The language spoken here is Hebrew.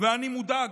ואני מודאג.